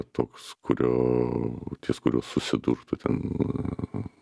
toks kurio ties kuriuo susidurtų ten